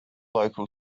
local